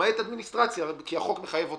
למעט אדמיניסטרציה כי החוק מחייב אותנו,